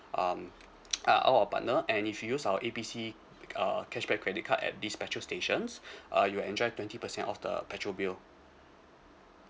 um uh all our partnered and if you use our A B C uh cashback credit card at these petrol stations uh you'll enjoy twenty percent off the petrol bill